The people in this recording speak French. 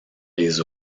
les